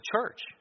church